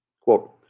quote